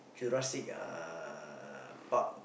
Jurassic uh Park